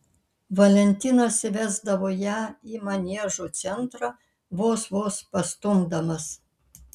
valentinas įvesdavo ją į maniežo centrą vos vos pastumdamas